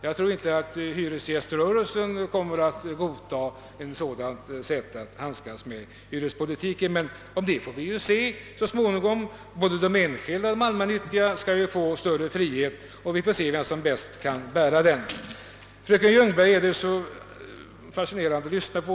Jag tror inte att hyresgäströrelsen kommer att godta ett sådant sätt att handskas med hyrespolitiken. Men det får vi se så småningom. Både de enskilda och allmännyttiga företagen skall ju få större frihet, och vi får se vem som bäst kan bära den. Det är fascinerande att lyssna till fröken Ljungberg.